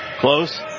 Close